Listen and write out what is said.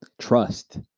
Trust